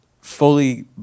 fully